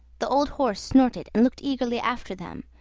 the old horse snorted and looked eagerly after them,